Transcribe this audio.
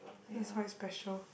that's quite special